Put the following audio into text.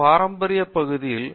பேராசிரியர் பிரதாப் ஹரிதாஸ் ஆமாம்